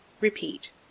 Repeat